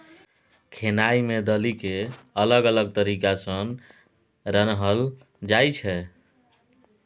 खेनाइ मे दालि केँ अलग अलग तरीका सँ रान्हल जाइ छै